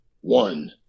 One